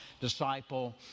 disciple